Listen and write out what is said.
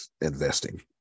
investing